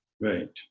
Right